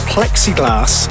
Plexiglass